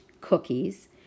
cookies